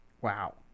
Wow